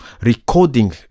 recording